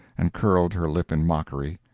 and curled her lip in mockery.